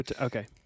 Okay